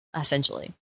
essentially